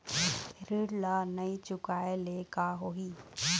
ऋण ला नई चुकाए ले का होही?